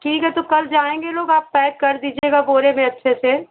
ठीक है तो कल जाएँगे लोग आप पैक कर दीजिएगा बोरे में अच्छे से